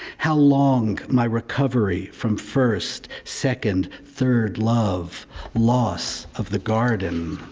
how long my recovery from first, second, third love loss of the garden.